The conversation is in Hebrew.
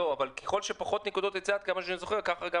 אבל עד כמה שאני זוכר ככל שיש פחות